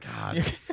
God